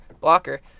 blocker